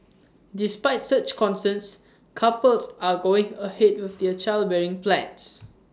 despite such concerns couples are going ahead with their childbearing plans